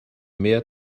mehr